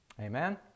Amen